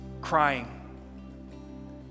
crying